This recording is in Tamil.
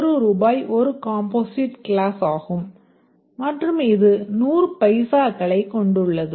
ஒரு ரூபாய் ஒரு காம்போசிட் கிளாஸ் ஆகும் மற்றும் இது 100 பைசாக்களைக் கொண்டுள்ளது